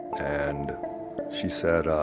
and she said,